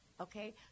okay